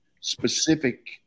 specific